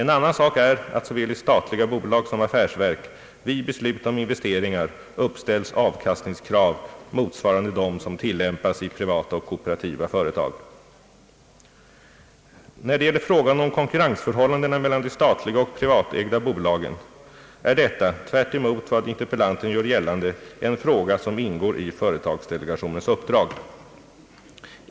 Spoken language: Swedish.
En annan sak är att såväl i statliga bolag som affärsverk vid beslut om investeringar uppställs avkastningskrav motsvarande dem som tillämpas i privata och kooperativa företag. När det gäller frågan om konkurrensförhållandena mellan de statliga och privatägda bolagen, är detta, tvärtemot vad interpellanten gör gällande, en fråga som ingår i företagsdelegationens uppdrag.